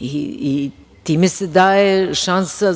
i time se daje šansa